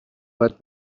باید